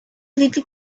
little